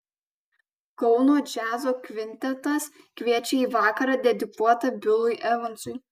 kauno džiazo kvintetas kviečia į vakarą dedikuotą bilui evansui